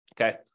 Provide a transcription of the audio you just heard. Okay